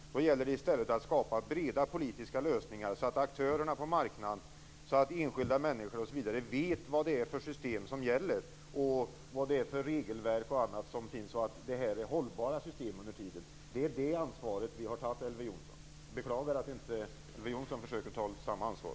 Det gäller i stället att skapa breda politiska lösningar så att aktörerna på marknaden, enskilda människor osv. vet vad det är för system som gäller, vad det finns för regelverk och annat och att systemen är hållbara över tiden. Det är det ansvaret vi har tagit, Elver Jonsson. Jag beklagar att inte Elver Jonsson försöker ta samma ansvar.